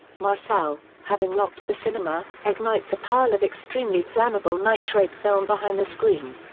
marcel, having locked the cinema, ignites a pile of extremely flammable nitrate film behind the screen.